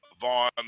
Vaughn